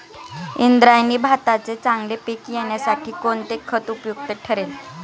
इंद्रायणी भाताचे चांगले पीक येण्यासाठी कोणते खत उपयुक्त ठरेल?